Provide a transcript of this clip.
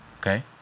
Okay